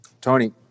Tony